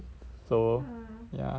so ya